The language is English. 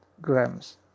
grams